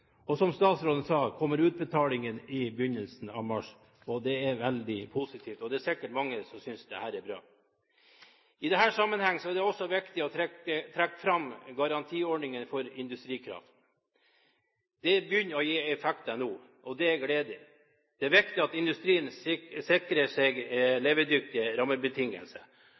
og som statsråden sa, kommer utbetalingen i begynnelsen av mars, og det er veldig positivt. Det er sikkert mange som synes dette er bra. I denne sammenhengen er det også viktig å trekke fram garantiordningen for industrikraft. Det begynner å gi effekter nå, og det er gledelig. Det er viktig at industrien sikrer seg levedyktige